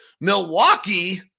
Milwaukee